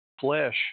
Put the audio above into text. flesh